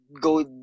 go